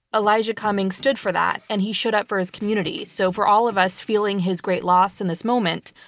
elijah cummings stood for that, and he showed up for his community, so for all of us feeling his great loss in this moment,